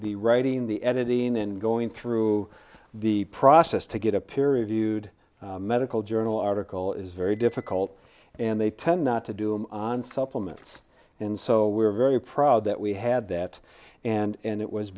the writing the editing and going through the process to get a period viewed medical journal article is very difficult and they tend not to do it on supplements and so we're very proud that we had that and it was